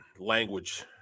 language